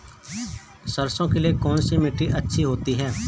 सरसो के लिए कौन सी मिट्टी अच्छी होती है?